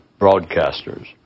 Broadcasters